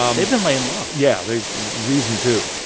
um they've been laying low yeah, they reason to.